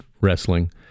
wrestling